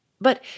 But